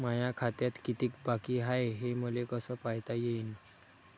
माया खात्यात कितीक बाकी हाय, हे मले कस पायता येईन?